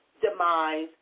demise